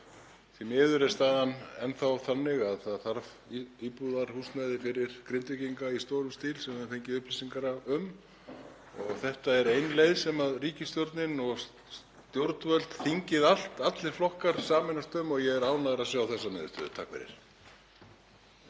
Því miður er staðan enn þá þannig að það þarf íbúðarhúsnæði fyrir Grindvíkinga í stórum stíl sem við höfum fengið upplýsingar um. Þetta er ein leið sem ríkisstjórnin og stjórnvöld, þingið allt, allir flokkar sameinast um og ég er ánægður að sjá þessa niðurstöðu. Takk fyrir.